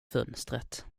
fönstret